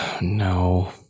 no